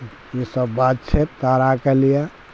ईसब बात छै ताराके लिए